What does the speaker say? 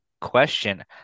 question